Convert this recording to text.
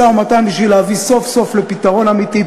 משא-ומתן בשביל להביא סוף-סוף לפתרון אמיתי,